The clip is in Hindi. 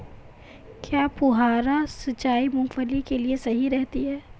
क्या फुहारा सिंचाई मूंगफली के लिए सही रहती है?